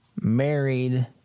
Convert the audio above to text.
married